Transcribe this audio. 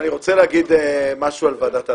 רוצה להגיד משהו על ועדת ההסכמות.